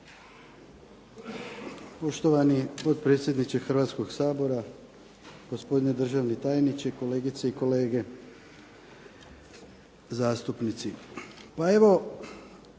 Poštovani potpredsjedniče Hrvatskoga sabora, gospodine državni tajniče, kolegice i kolege zastupnici. Pa evo,